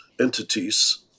entities